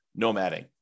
nomading